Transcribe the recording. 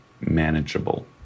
manageable